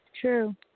true